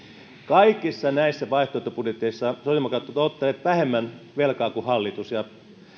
kaikissa näissä vaihtoehtobudjeteissa sosiaalidemokraatit ovat ottaneet vähemmän velkaa kuin hallitus ja